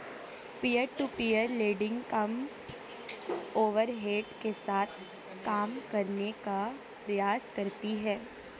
peer to peer lending कम overhead के साथ काम करने का प्रयास करती हैं